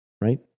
right